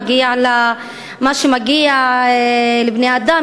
מגיע לה מה שמגיע לבני-אדם,